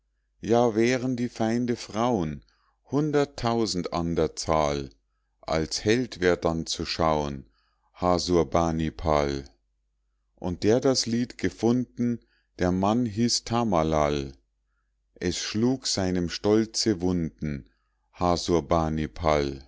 ja wären die feinde frauen hunderttausend an der zahl als held wär dann zu schauen hasurbanipal und der das lied gefunden der mann hieß tamalal es schlug seinem stolze wunden